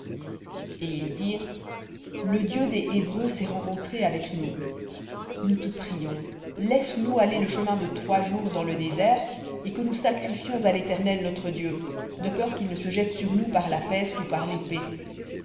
et ils dirent le dieu des hébreux s'est rencontré avec nous nous te prions laisse-nous aller le chemin de trois jours dans le désert et que nous sacrifiions à l'éternel notre dieu de peur qu'il ne se jette sur nous par la peste ou par l'épée